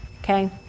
okay